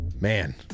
man